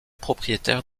propriétaire